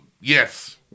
Yes